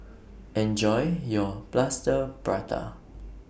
Enjoy your Plaster Prata